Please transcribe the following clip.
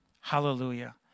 hallelujah